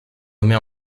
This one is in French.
nommée